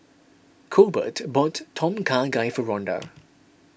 Colbert bought Tom Kha Gai for Ronda